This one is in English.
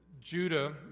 Judah